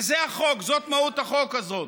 וזה החוק, זאת מהות החוק הזה: